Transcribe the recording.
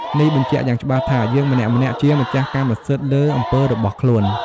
នេះបញ្ជាក់យ៉ាងច្បាស់ថា យើងម្នាក់ៗជាម្ចាស់កម្មសិទ្ធិលើអំពើរបស់ខ្លួន។